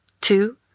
Two